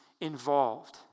involved